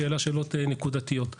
שהעלה שאלות נקודתיות.